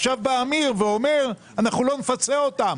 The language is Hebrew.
עכשיו בא אמיר ואומר: אנחנו לא נפצה אותם.